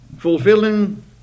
fulfilling